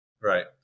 Right